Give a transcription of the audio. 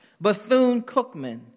Bethune-Cookman